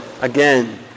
again